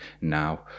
now